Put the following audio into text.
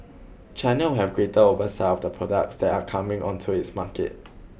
China will have greater oversight of the products that are coming onto its market